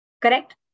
Correct